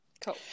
Cool